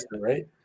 Right